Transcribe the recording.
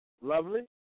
lovely